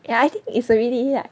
ya I think it is already ya